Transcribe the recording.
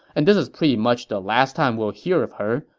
and this is pretty much the last time we'll hear of her.